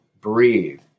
breathe